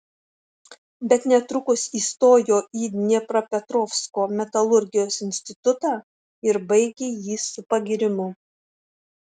bet netrukus įstojo į dniepropetrovsko metalurgijos institutą ir baigė jį su pagyrimu